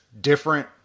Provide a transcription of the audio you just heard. different